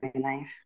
life